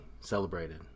celebrated